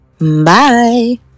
Bye